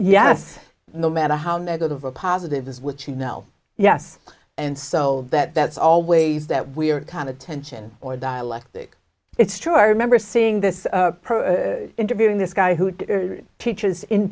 yes no matter how negative a positive is which you know yes and so that that's always that weird kind of tension or dialectic it's true i remember seeing this interviewing this guy who teaches in